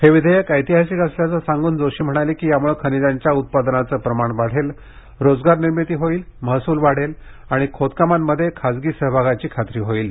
हे विधेयक ऐतिहासिक असल्याचं सांगून जोशी म्हणाले की यामुळे खनिजांच्या उत्पादनाचं प्रमाण वाढेल रोजगार निर्मिती होईल महसूल वाढेल आणि खोदकामांमध्ये खासगी सहभागाची खात्री होईल